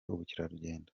ubukerarugendo